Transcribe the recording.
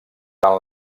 tant